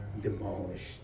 demolished